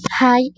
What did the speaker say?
Hi